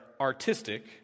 artistic